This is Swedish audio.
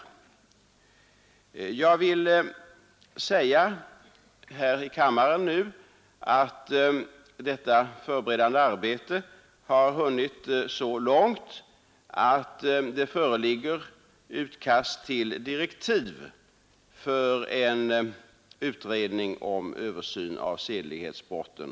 Jag vill nu här i kammaren tala om att detta förberedande arbete har hunnit så långt att det föreligger utkast till direktiv för en utredning om översyn av sedlighetsbrotten.